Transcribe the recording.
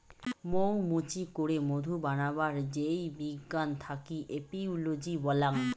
মৌ মুচি করে মধু বানাবার যেই বিজ্ঞান থাকি এপিওলোজি বল্যাং